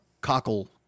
Cockle